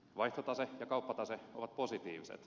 vaihtotase ja kauppatase ovat positiiviset